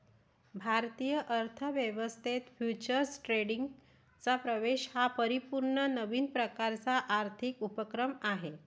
भारतीय अर्थ व्यवस्थेत फ्युचर्स ट्रेडिंगचा प्रवेश हा पूर्णपणे नवीन प्रकारचा आर्थिक उपक्रम आहे